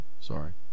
Sorry